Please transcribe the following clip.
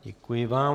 Děkuji vám.